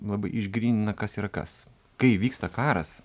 labai išgrynina kas yra kas kai vyksta karas